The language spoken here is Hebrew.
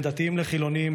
בין דתיים לחילונים,